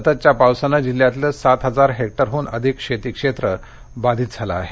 सततच्या पावसामुळे जिल्ह्यातलं सात हजार हेक्टरहून अधिक शेती क्षेत्र बाधीत झालं आहे